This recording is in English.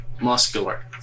Muscular